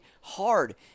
hard